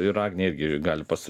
ir agnė irgi gali pas